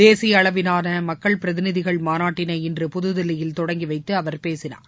தேசிய அளவிலான மக்கள் பிரதிநிதிகள் மாநாட்டினை இன்று புதுதில்லியில் தொடங்கிவைத்து அவர் பேசினார்